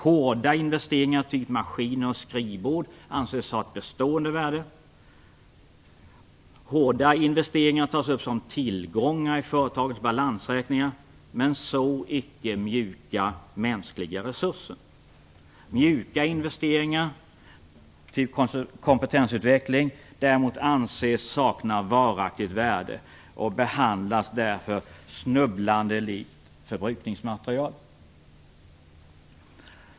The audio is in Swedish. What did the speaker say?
Hårda investeringar, typ maskiner och skrivbord, anses ha ett bestående värde. Hårda investeringar tas upp som tillgångar i företagens balansräkningar, men så icke mjuka, mänskliga resurser. Mjuka investeringar, typ kompetensutveckling, anses däremot sakna varaktigt värde och behandlas därför snubblande likt förbrukningsmaterial.